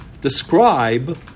describe